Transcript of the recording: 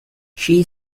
she